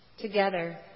together